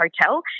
hotel